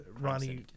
Ronnie